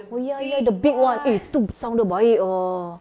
oh ya ya the big one eh itu sound dia baik ah